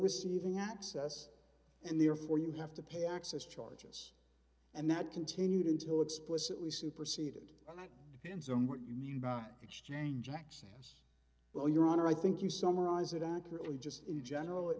receiving access and therefore you have to pay access charges and that continued until explicitly superseded depends on what you mean by exchange excess well your honor i think you summarize it accurately just in general it